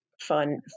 fun